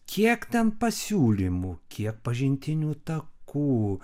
kiek ten pasiūlymų kiek pažintinių takų